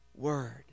word